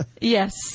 Yes